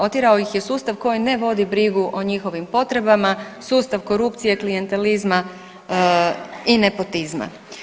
Otjerao ih je sustav koji ne vodi brigu o njihovim potrebama, sustav korupcije, klijentelizma i nepotizma.